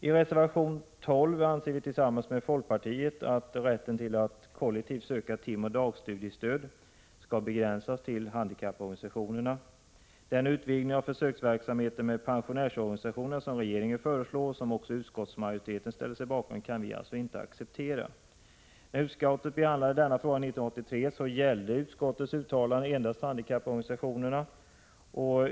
I reservation 12 anser vi tillsammans med folkpartiet att rätten att kollektivt söka timoch dagstudiestöd skall begränsas till handikapporganisationerna. Den utvidgning av försöksverksamheten med pensionärsorganisationerna, som regeringen föreslår och som också utskottsmajoriteten ställer sig bakom, kan vi alltså inte acceptera. När utskottet behandlade denna fråga 1983, gällde uttalandet endast handikapporganisationerna.